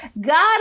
God